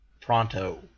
pronto